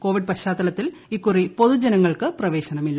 Covid പശ്ചാത്തല ത്തിൽ ഇക്കുറി പൊതുജനങ്ങൾക്ക് പ്രവേശനമില്ല